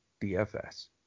dfs